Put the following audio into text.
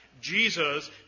Jesus